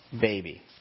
baby